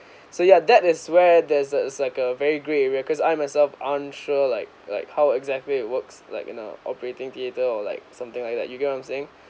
so ya that is where there's a it's like a very grey area cause I myself unsure like like how exactly it works like you know operating theatre or like something like that you get what I'm saying